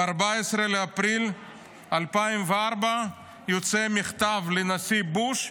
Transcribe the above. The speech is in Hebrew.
ב-14 באפריל 2004 יוצא מכתב לנשיא בוש,